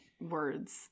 words